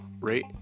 rate